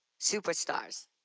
superstars